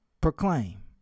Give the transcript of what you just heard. Proclaim